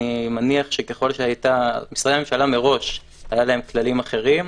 למשרדי הממשלה מראש היו כללים אחרים.